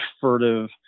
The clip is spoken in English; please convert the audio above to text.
furtive